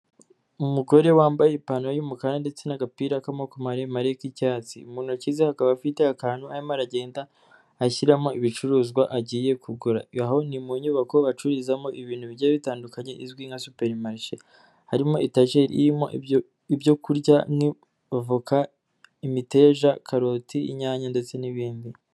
Umugore wambaye ipantaro y'umukara ndetse n'agapira k'amaboko maremare k'icyatsi, mu ntoki ze akaba afite akantu arimo aragenda ashyiramo ibicuruzwa agiye kugura, aho ni mu nyubako bacururizamo ibintu bigiye bitandukanye, izwi nka superimashe, harimo etajeri irimo ibyo kurya nk'ivoka, imiteja, karoti, inyanya ndetse n'ibindi.